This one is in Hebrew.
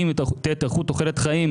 עם התארכות תוחלת החיים,